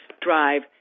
drive